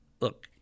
look